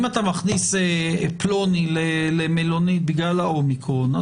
אם אתה מכניס פלוני למלונית בגלל האומיקרון,